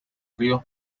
ríos